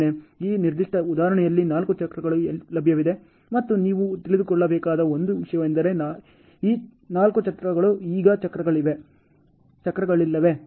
ಈ ನಿರ್ದಿಷ್ಟ ಉದಾಹರಣೆಯಲ್ಲಿ ನಾಲ್ಕು ಚಟುವಟಿಕೆಗಳು ಲಭ್ಯವಿದೆ ಮತ್ತು ನೀವು ತಿಳಿದುಕೊಳ್ಳಬೇಕಾದ ಒಂದು ವಿಷಯವೆಂದರೆ ಈ ನಾಲ್ಕು ಚಟುವಟಿಕೆಗಳು ಈಗ ಚಕ್ರಗಳಲ್ಲಿವೆ